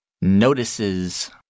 notices